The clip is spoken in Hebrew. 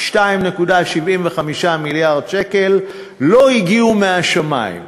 2.75 מיליארד שקל לא הגיעו מהשמים,